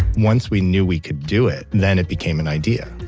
once we knew we could do it, then it became an idea.